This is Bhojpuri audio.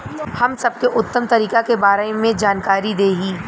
हम सबके उत्तम तरीका के बारे में जानकारी देही?